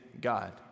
God